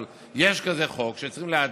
אבל אם יש כזה חוק שצריכים להעדיף